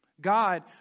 God